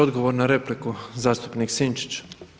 Odgovor na repliku zastupnik Sinčić.